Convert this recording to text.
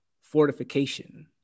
fortification